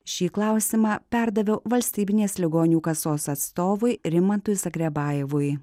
šį klausimą perdaviau valstybinės ligonių kasos atstovui rimantui zagrebajevui